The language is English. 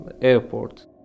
airport